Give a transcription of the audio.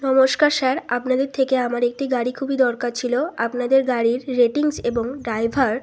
নমস্কার স্যার আপনাদের থেকে আমার একটি গাড়ি খুবই দরকার ছিল আপনাদের গাড়ির রেটিংস এবং ড্রাইভার